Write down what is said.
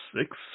six